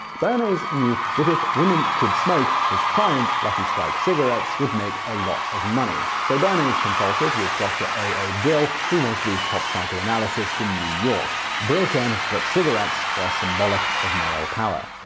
bernays knew if if women could smoke, his client, lucky strike cigarettes, would make a lot of money. so bernays consulted with dr. a a. brill, who was the top psychoanalyst in new york. brill said that cigarettes were symbolic of male power.